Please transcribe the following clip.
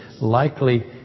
likely